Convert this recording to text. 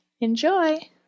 Enjoy